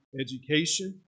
education